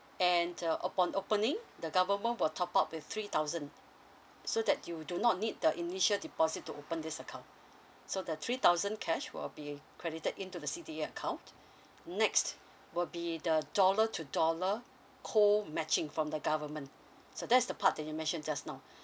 and uh upon opening the government will top up with three thousand so that you do not need the initial deposit to open this account so the three thousand cash will be credited into the C_D_A account next will be the dollar to dollar co matching from the government so that's the part that you mentioned just now